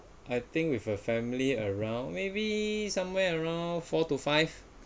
I think with a family around maybe somewhere around four to five